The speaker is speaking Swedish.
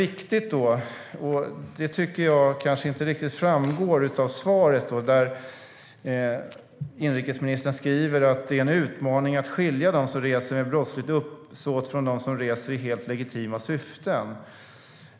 I svaret skriver inrikesministern att det är en utmaning att skilja dem som reser med brottsligt uppsåt från dem som reser i helt legitima syften.